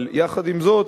אבל יחד עם זאת